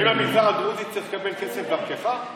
האם המגזר הדרוזי צריך לקבל כסף דרכך?